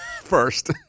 first